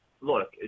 look